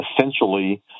essentially